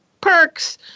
perks